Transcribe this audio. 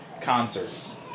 concerts